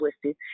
twisted